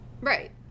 Right